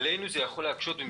עלינו זה יכול להקשות.